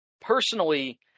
personally